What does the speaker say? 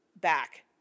back